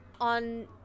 on